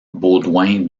baudouin